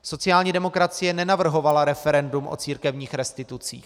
Sociální demokracie nenavrhovala referendum o církevních restitucích.